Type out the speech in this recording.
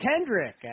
Kendrick